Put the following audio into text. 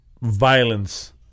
violence